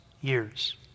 years